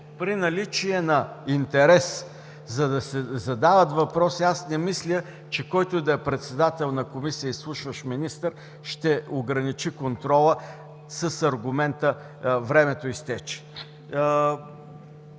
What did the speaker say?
при наличие на интерес, за да се задават въпроси, не мисля, че който и да е председател на комисия, изслушващ министър, ще ограничи контрола с аргумента, че времето изтича.